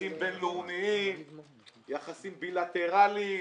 יחסים בין-לאומיים, יחסים בילטרליים,